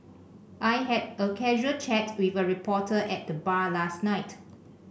I had a casual chat with a reporter at the bar last night